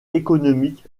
économique